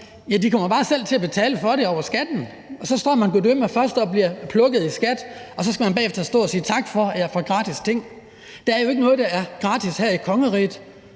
kommer bare selv til at betale for det over skatten. Så står man gud døde mig først og bliver plukket i skat, og så skal man bagefter stå og sige tak for, at man har fået gratis ting. Der er jo ikke noget, der er gratis her i kongeriget